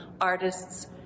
artists